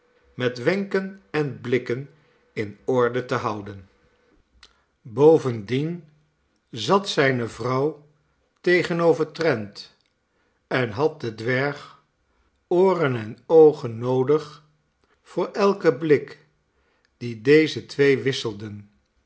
met wenken en blikken in orde te houden bovendien zat zijne vrouw tegenover trent en had de dwerg ooren en oogen noodig voor elken blik dien deze twee wisselden